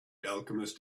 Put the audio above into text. alchemist